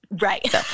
Right